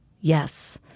Yes